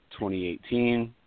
2018